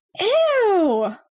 Ew